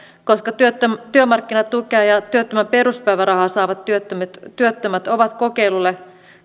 työmarkkinatukea ja työttömän peruspäivärahaa saavat työttömät työttömät ovat kokeilulle